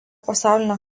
pasaulinio